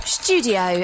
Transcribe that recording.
studio